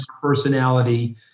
personality